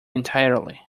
entirely